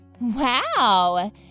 Wow